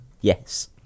Yes